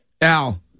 Al